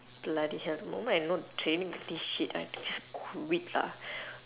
bloody hell no wonder I not training for this shit I just quit ah